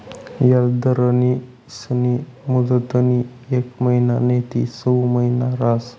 याजदरस्नी मुदतनी येक महिना नैते सऊ महिना रहास